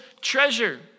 treasure